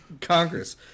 Congress